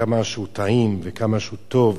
כמה שהוא טעים וכמה שהוא טוב.